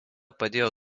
padėjo